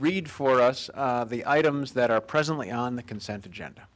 read for us the items that are presently on the consent agenda